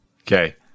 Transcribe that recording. Okay